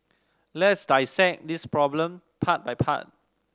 let's dissect this problem part by part